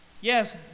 Yes